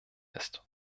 ist